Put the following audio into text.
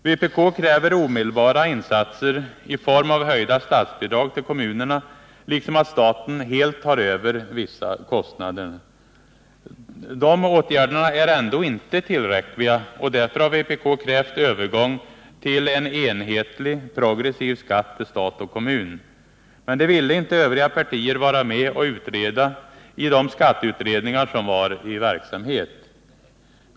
Vpk kräver omedelbara insatser i form av höjda statsbidrag till kommunerna liksom att staten helt tar över vissa kostnader. De åtgärderna är ändå inte tillräckliga, och därför har vpk krävt övergång till en enhetlig progressiv skatt till stat och kommun. Men det ville inte övriga partier vara med och utreda i de skatteutredningar som var i verksamhet.